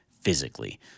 physically